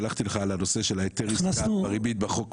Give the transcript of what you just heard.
שלחתי לך על הנושא של היתר העסקה בריבית בחוק מכר.